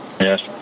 yes